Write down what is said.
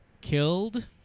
killed